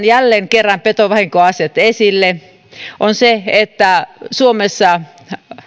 jälleen kerran petovahinkoasiat esille sen takia että suomessa